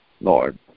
Lord